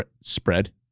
Spread